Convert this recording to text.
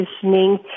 conditioning